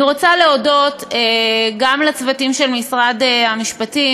אני רוצה להודות גם לצוותים של משרד המשפטים